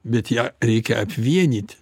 bet ją reikia apvienyti